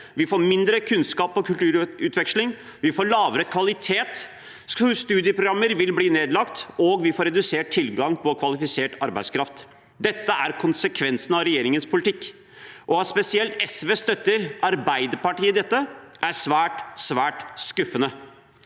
vi får mindre kunnskaps- og kulturutveksling, vi får lavere kvalitet, studieprogrammer vil bli nedlagt, og vi får redusert tilgang på kvalifisert arbeidskraft. Dette er konsekvensene av regjeringens politikk, og at spesielt SV støtter Arbeiderpartiet i dette, er svært, svært skuffende.